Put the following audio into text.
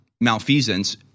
malfeasance